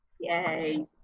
Yay